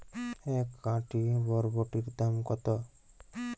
এক আঁটি বরবটির দাম কত?